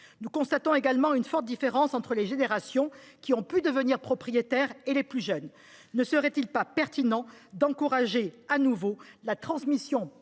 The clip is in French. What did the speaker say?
nous constatons également une forte différence entre les générations qui ont pu devenir propriétaires et les plus jeunes, ne serait il pas pertinent d’encourager de nouveau la transmission